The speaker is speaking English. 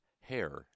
hair